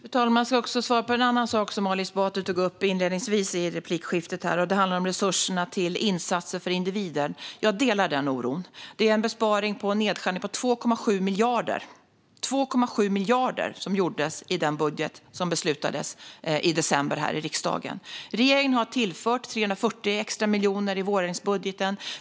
Fru talman! Jag ska också kommentera en annan sak som Ali Esbati tog upp inledningsvis i replikskiftet. Det handlar om resurserna till insatser för individer. Jag delar den oron. Det är en nedskärning med 2,7 miljarder i den budget som beslutades i december här i riksdagen. Regeringen har tillfört 340 extra miljoner i vårändringsbudgeten.